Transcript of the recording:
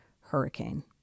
hurricane